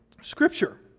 scripture